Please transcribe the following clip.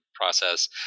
process